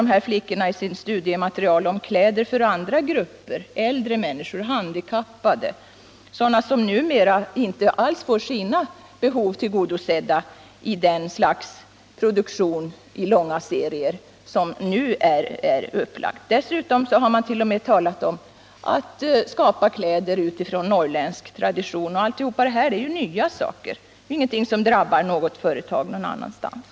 De här flickorna vid Algots talar om produktion av kläder även för andra grupper —- äldre människor, handikappade m.fl., dvs. sådana människor som i dag inte alls får sina behov tillgodosedda genom det slags produktion i långa serier som nu lagts upp. Dessutom har man talat om att skapa kläder utifrån norrländsk tradition. Allt detta handlar ju om produktion av nya saker. Det är således ingenting som drabbar något företag någon annanstans.